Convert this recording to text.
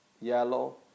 yellow